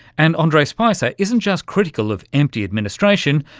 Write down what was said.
and andre spicer isn't just critical of empty administration,